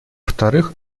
вторых